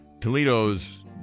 Toledo's